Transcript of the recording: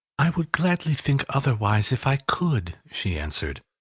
i would gladly think otherwise if i could, she answered,